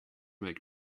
make